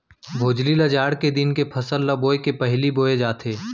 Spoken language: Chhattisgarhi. भोजली ल जाड़ के दिन के फसल ल बोए के पहिली बोए जाथे